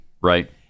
right